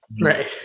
Right